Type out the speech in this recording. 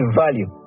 value